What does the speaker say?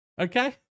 Okay